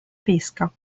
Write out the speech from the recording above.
pesca